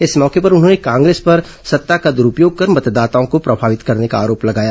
इस मौके पर उन्होंने कांग्रेस पर सत्ता का द्रूपयोग कर मतदाताओं को प्रभावित करने का आरोप लगाया